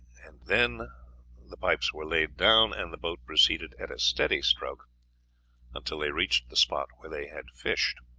and then the pipes were laid down, and the boat proceeded at a steady stroke until they reached the spot where they had fished.